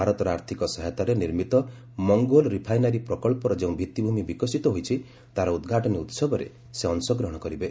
ଭାରତର ଆର୍ଥକ ସହାୟତାରେ ନିର୍ମିତ ମଙ୍ଗୋଲ ରିଫାଇନାରୀ ପ୍ରକଳ୍ପର ଯେଉଁ ଭିଭିଭୂମି ବିକଶିତ ହୋଇଛି ତାହାର ଉଦ୍ଘାଟନୀ ଉସବରେ ସେ ଅଶଗ୍ରହଣ କରିବେ